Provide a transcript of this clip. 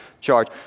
charge